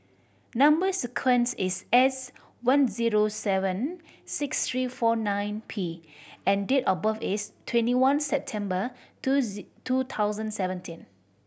number sequence is S one zero seven six three four nine P and date of birth is twenty one September two two thousand seventeen